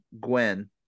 gwen